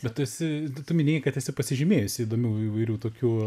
bet tu esi tu tu minėjai kad esi pasižymėjusi įdomių įvairių tokių